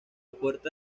puerta